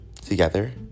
together